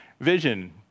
vision